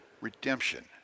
redemption